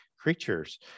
creatures